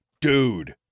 dude